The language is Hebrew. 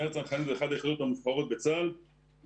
סיירת צנחנים היא אחת היחידות המובחרות בצבא הגנה לישראל